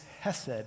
hesed